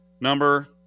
number